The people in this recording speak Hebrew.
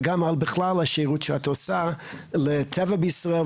ובכלל גם על השרות שאת עושה לטבע בישראל,